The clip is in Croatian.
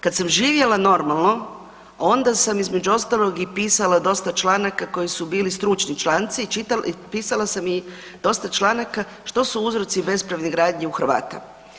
Kad sam živjela normalno, onda sam između ostalog, i pisala dosta članaka koji su bili stručni članci i pisala sam i dosta članaka što su uzroci bespravne gradnje u Hrvata.